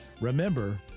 remember